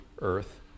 earth